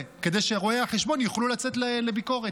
כדי שרואי החשבון יוכלו לצאת לביקורת,